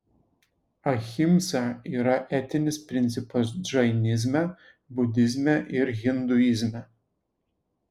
ahimsa yra etinis principas džainizme budizme ir hinduizme